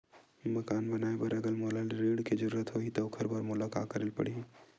मकान बनाये बर अगर मोला ऋण के जरूरत होही त ओखर बर मोला का करे ल पड़हि?